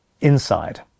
inside